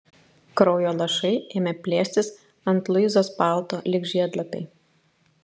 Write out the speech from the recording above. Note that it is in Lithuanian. kraujo lašai ėmė plėstis ant luizos palto lyg žiedlapiai